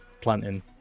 planting